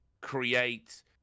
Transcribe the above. create